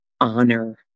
honor